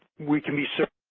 we can be so